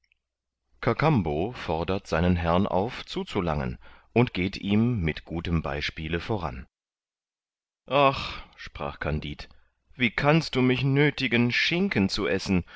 kakambo fordert seinen herrn auf zuzulangen und geht ihm mit gutem beispiele voran ach sprach kandid wie kannst du mich nöthigen schinken zu essen